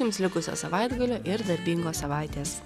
jums likusio savaitgalio ir darbingos savaitės